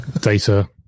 data